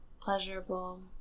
pleasurable